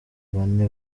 bane